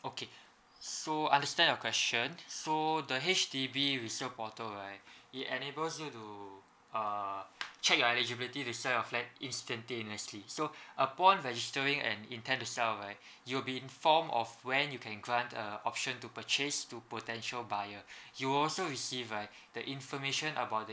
okay so understand your question so the H_D_B resale portal right it enables you to uh check your eligibility resale your flat instantaneously so upon registering an intend to sell right you'll be inform of when you can grant a option to purchase to potential buyer you also receive right the information about the